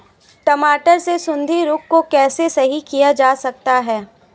टमाटर से सुंडी रोग को कैसे सही किया जा सकता है?